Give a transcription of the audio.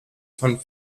von